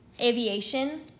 aviation